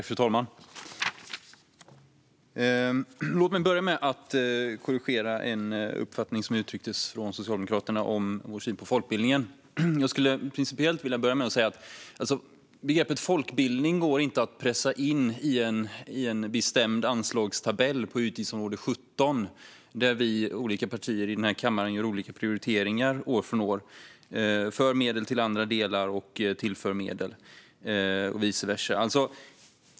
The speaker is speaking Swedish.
Fru talman! Låt mig börja med att korrigera en uppfattning som uttrycktes från Socialdemokraterna om vår syn på folkbildningen. Jag skulle principiellt vilja säga: Begreppet folkbildning går inte att pressa in i en bestämd anslagstabell på utgiftsområde 17, där vi olika partier i denna kammare gör olika prioriteringar år från år. Vi tillför medel till olika delar.